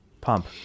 pump